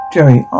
Jerry